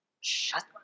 Shut